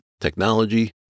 technology